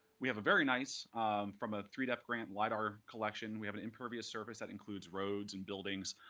we have a very nice from a three dep grant lidar collection, we have an impervious surface that includes roads, and buildings,